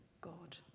God